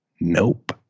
nope